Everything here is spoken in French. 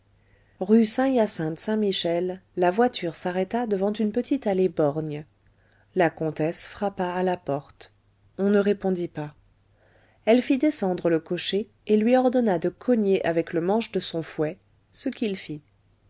rue saint hyacinthe saint-michel la voiture s'arrêta devant une petite allée borgne la comtesse frappa à la porte on ne répondit pas elle fit descendre le cocher et lui ordonna de cogner avec le manche de son fouet ce qu'il fit